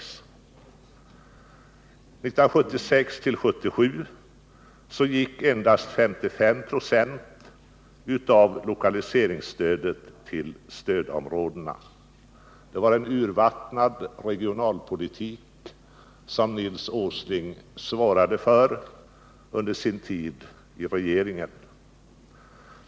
Åren 1976-1977 gick endast 55 96 av lokaliseringsstödet till stödområdena. Det var en urvattnad regionalpolitik som Nils Åsling svarade för under sin tid i regeringen.